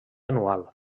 anual